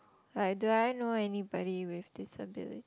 like do I know anybody with disability